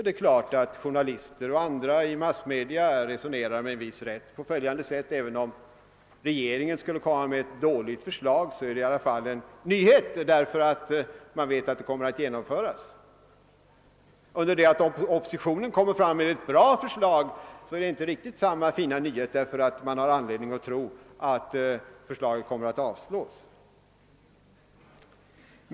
Det är förståeligt om journalister och andra i våra massmedia med viss rätt har resonerat så, att även om regeringen lägger fram ett dåligt förslag är detta ändå en nyhet, därför att man vet att det kommer att genomföras, men om oppositionen lägger fram ett bra förslag är det inte samma fina nyhet, eftersom man har anledning tro att förslaget kommer att avslås.